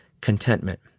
contentment